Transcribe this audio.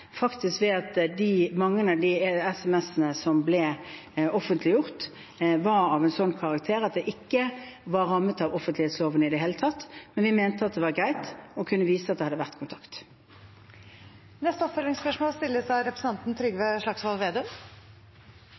ved at mange av sms-ene som ble offentliggjort, var av en sånn karakter at de ikke ble rammet av offentlighetsloven i det hele tatt. Vi mente det var greit å kunne vise at det hadde vært kontakt. Trygve Slagsvold Vedum – til oppfølgingsspørsmål. Statsminister Erna Solberg er veldig opptatt av